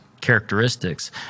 characteristics